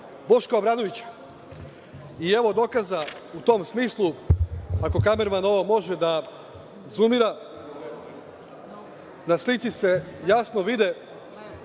Boška Obradovića. Evo dokaza u tom smislu, ako kamerman može ovo da zumira. Na slici se jasno vide